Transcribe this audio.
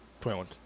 Twenty-one